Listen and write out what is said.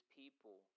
people